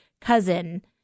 cousin